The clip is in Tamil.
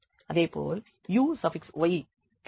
அதேபோல் uy கிடைக்கும்